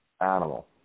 animal